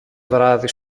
βράδυ